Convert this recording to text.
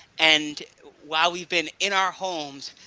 and while we've been in our homes,